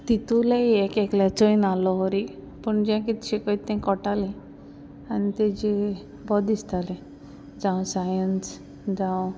तितूलेय एक एकल्याचोय नासलो वरी पूण जें कितें शिकयता तें कळटालें आनी तेजें बोरें दिसतालें जावं सायन्स जावं